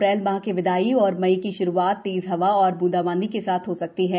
अप्रैल माह की विदाई और मई की श्रूआत तेज हवा और बूंदाबांदी के साथ हो सकती है